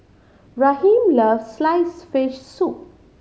Raheem loves sliced fish soup